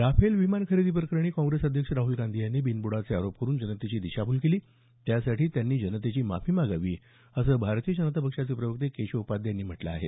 Rafale विमान खरेदी प्रकरणी काँग्रेस अध्यक्ष राहल गांधी यांनी बिनबुडाचे आरोप करुन जनतेची दिशाभूल केली त्यासाठी त्यांनी जनतेची माफी मागावी असं भारतीय जनता पक्षाचे प्रवक्ते केशव उपाध्ये यांनी म्हटलं आहे